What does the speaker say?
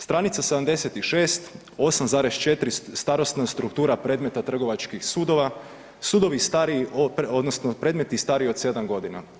Stranica 76 8,4 starosna struktura predmeta trgovačkih sudova, sudovi stariji odnosno predmeti stariji od 7 godina.